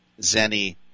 Zenny